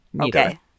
okay